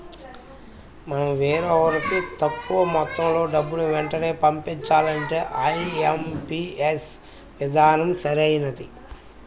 మనం వేరెవరికైనా తక్కువ మొత్తంలో డబ్బుని వెంటనే పంపించాలంటే ఐ.ఎం.పీ.యస్ విధానం సరైనది